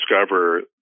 discover